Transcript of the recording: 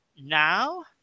Now